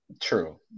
True